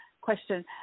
question